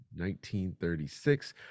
1936